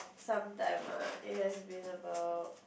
some dilemma it has been about